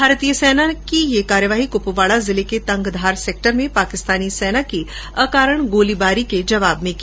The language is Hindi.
भारतीय सेना ने यह कार्रवाई कुपवाड़ा जिले के तंगधार सेक्टर में पाकिस्तानी सेना की अकारण गोलीबारी के जवाब में की